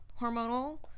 hormonal